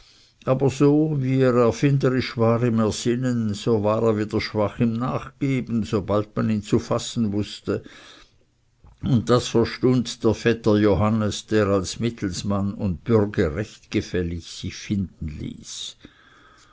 aber so wie er erfinderisch war im ersinnen so war er wieder schwach im nachgeben sobald man ihn zu fassen wußte und das verstund der vetter johannes der als mittelsmann und bürge recht gefällig sich finden ließ